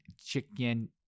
chicken